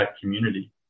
community